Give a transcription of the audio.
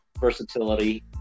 versatility